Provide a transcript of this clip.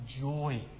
joy